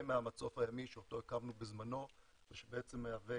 ומהמצוף הימי שאותו הקמנו בזמנו, שגם מהווה